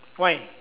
why